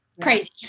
crazy